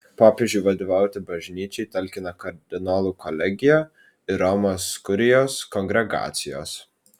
popiežiui vadovauti bažnyčiai talkina kardinolų kolegija ir romos kurijos kongregacijos